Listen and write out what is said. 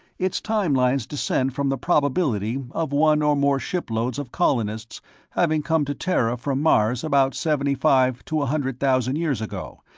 its time-lines descend from the probability of one or more shiploads of colonists having come to terra from mars about seventy-five to a hundred thousand years ago,